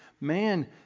man